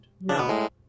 No